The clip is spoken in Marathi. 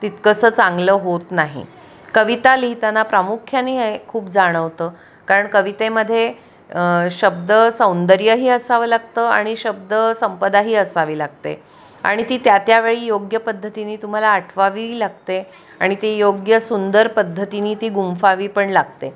तितकंसं चांगलं होत नाही कविता लिहिताना प्रामुख्याने हे खूप जाणवतं कारण कवितेमध्ये शब्दसौंदर्यही असावं लागतं आणि शब्दसंपदाही असावी लागते आणि ती त्या त्या वेळी योग्य पद्धतीनी तुम्हाला आठवावीही लागते आणि ती योग्य सुंदर पद्धतीनी ती गुंफावी पण लागते